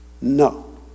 No